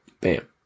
Bam